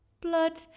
blood